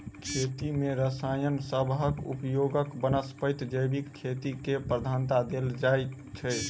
खेती मे रसायन सबहक उपयोगक बनस्पैत जैविक खेती केँ प्रधानता देल जाइ छै